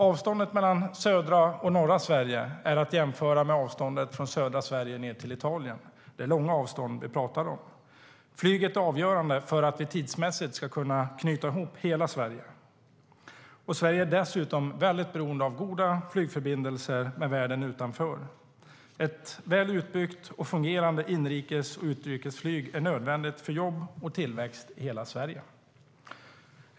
Avståndet mellan södra och norra Sverige är att jämföra med avståndet från södra Sverige ned till Italien. Det är långa avstånd vi talar om. Flyget är avgörande för att vi tidsmässigt ska kunna knyta ihop hela Sverige. Sverige är dessutom väldigt beroende av goda flygförbindelser med världen utanför. Ett väl utbyggt och fungerande inrikes och utrikesflyg är nödvändigt för jobb och tillväxt i hela Sverige.